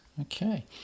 Okay